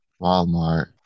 Walmart